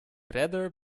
redder